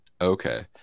Okay